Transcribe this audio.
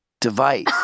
device